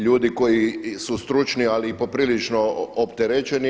Ljudi koji su stručni ali i poprilično opterećeni.